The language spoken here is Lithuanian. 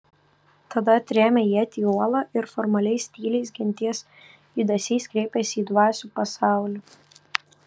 tada atrėmė ietį į uolą ir formaliais tyliais genties judesiais kreipėsi į dvasių pasaulį